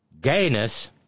gayness